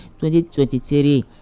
2023